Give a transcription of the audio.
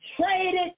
traded